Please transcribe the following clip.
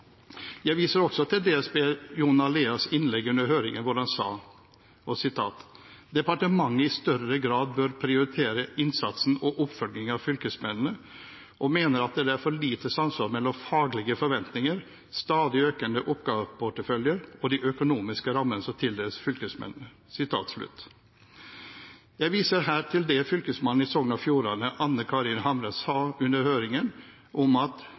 Jeg viser også til DSB-direktør Jon A. Leas innlegg under høringen hvor han sa at «departementet i større grad bør prioritere innsatsen og oppfølgingen av fylkesmennene, og mener at det er for lite samsvar mellom faglige forventninger, stadig økende oppgaveportefølje og de økonomiske rammene som tildeles fylkesmennene». Jeg viser her til det fylkesmannen i Sogn og Fjordane, Anne Karin Hamre, sa under høringen om at